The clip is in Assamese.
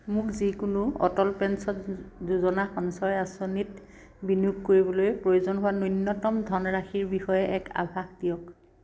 মোক যিকোনো অটল পেঞ্চন যোজনা সঞ্চয় আঁচনিত বিনিয়োগ কৰিবলৈ প্ৰয়োজন হোৱা ন্যূনতম ধনৰাশিৰ বিষয়ে এক আভাস দিয়ক